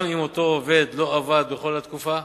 גם אם אותו עובד לא עבד בכל התקופה,